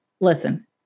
listen